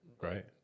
Right